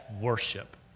worship